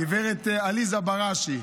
גברת עליזה בראשי,